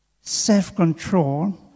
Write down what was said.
self-control